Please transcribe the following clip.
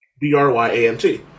B-R-Y-A-M-T